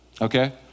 Okay